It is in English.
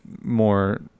more